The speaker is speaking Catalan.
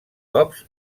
cops